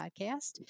podcast